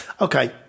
Okay